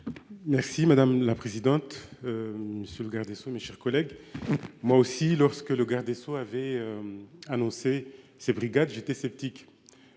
Merci madame la présidente. Monsieur le garde des sceaux, mes chers collègues. Moi aussi lorsque le garde des Sceaux avait. Annoncé ces brigades. J'étais sceptique.